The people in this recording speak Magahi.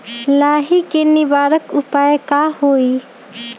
लाही के निवारक उपाय का होई?